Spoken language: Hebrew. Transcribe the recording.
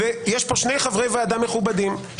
יש פה שני חברי ועדה מכובדים,